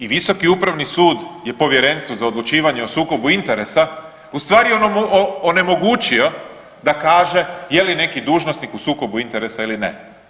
I Visoki upravni sud je Povjerenstvu za odlučivanje o sukobu interesa u stvari onemogućio da kaže je li neki dužnosnik u sukobu interesa ili ne.